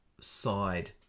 side